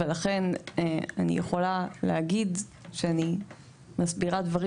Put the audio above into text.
לכן אני יכולה להגיד שאני מסבירה דברים